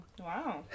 Wow